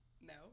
No